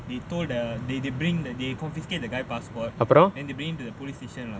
they told the they bring they confiscated the guy's passport they bring him to the police station [what]